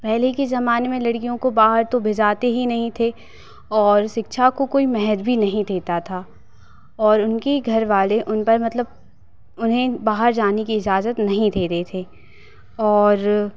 पहले के ज़माने में लडकियों को बाहर तो भिजाते ही नहीं थे और शिक्षा को कोई महत्व भी नहीं देता था और उनके घरवाले उन पर मतलब उन्हें बाहर जाने की इजाज़त नहीं देते थे और